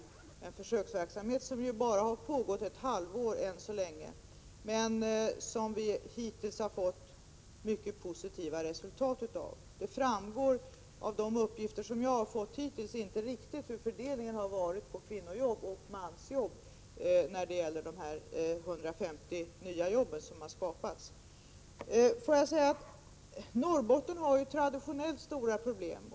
Den här försöksverksamheten har bara pågått ett halvår ännu så länge, men den har hittills gett mycket positiva resultat. Av de uppgifter som jag hittills har fått framgår det inte riktigt hur fördelningen har varit mellan kvinnojobb och mansjobb när det gäller de 150 nya jobb som skapats. Norrbotten har ju traditionellt stora problem.